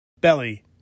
Belly